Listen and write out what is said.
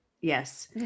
Yes